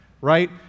right